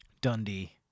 Dundee